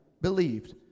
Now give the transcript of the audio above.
believed